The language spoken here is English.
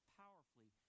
powerfully